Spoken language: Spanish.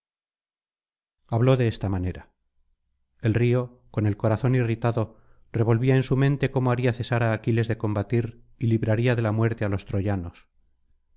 habló de esta manera el río con el corazón irritado revolvía en su mente cómo haría cesar á aquiles de combatir y libraría de la muerte á los troyanos